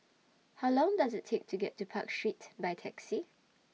How Long Does IT Take to get to Park Street By Taxi